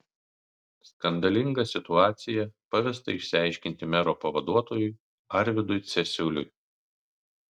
skandalingą situaciją pavesta išsiaiškinti mero pavaduotojui arvydui cesiuliui